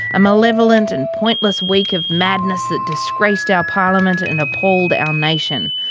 a malevolent and pointless week of madness that disgraced our parliament and appalled our nation.